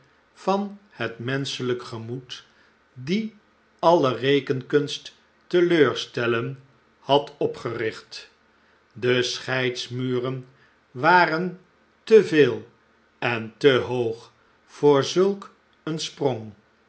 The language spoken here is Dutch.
van het menschelijk gemoed die alle rekenkunst teleurstellen had opgericht de scheidsmuren waren te veel en te hoog voor zulk een sprong